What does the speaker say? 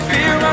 Fear